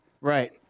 Right